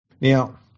Now